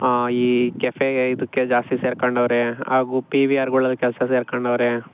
ಈ ಕೆಫೆಗೆ ಇದಕ್ಕೆ ಜಾಸ್ತಿ ಸೇರ್ಕೊಂಡವ್ರೆ ಹಾಗೂ ಪಿ ವಿ ಆರ್ಗಳಲ್ಲಿ ಕೆಲ್ಸಕ್ಕೆ ಸೇರ್ಕೊಂಡವ್ರೆ